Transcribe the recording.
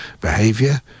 behavior